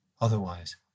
Otherwise